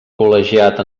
col·legiat